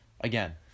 Again